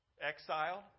exiled